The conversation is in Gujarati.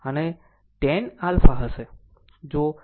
આમ તન આલ્ફા હશે જો જોવું